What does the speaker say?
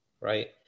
right